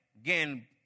again